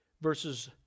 Verses